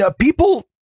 people